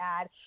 add